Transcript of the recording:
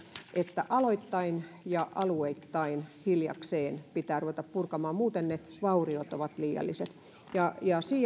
että aloittain ja alueittain hiljakseen pitää ruveta purkamaan muuten ne vauriot ovat liialliset